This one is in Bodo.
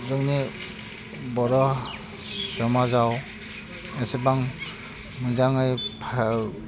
जोंनि बर' समाजाव एसेबां मोजाङै फा